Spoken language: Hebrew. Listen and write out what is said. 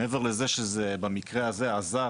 מעבר לזה שזה במקרה הזה עזר,